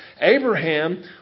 Abraham